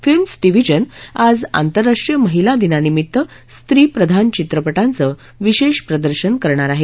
films division आज अंतरराष्ट्रीय महिला दिनानिमित्त स्त्रीप्रधान चित्रपटांचं विशेष प्रदर्शन करणार आहे